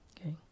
Okay